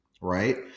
right